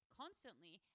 constantly